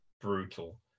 brutal